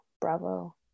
bravo